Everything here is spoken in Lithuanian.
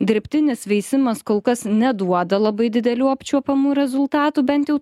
dirbtinis veisimas kol kas neduoda labai didelių apčiuopiamų rezultatų bent jau